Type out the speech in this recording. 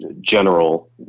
general